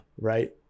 right